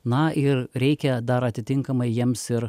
na ir reikia dar atitinkamai jiems ir